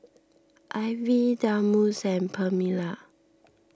Ivie Delmus and Permelia